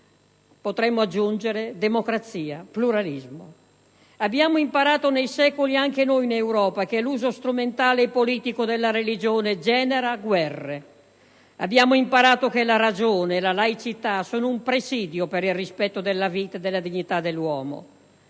potremmo aggiungere, democrazia e pluralismo. Abbiamo imparato nei secoli anche noi in Europa che l'uso strumentale e politico della religione genera guerre; abbiamo imparato che la ragione e la laicità sono un presidio per il rispetto della vita e della dignità dell'uomo.